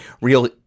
real